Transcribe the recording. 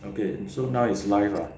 okay so now is live ah